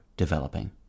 Developing